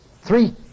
Three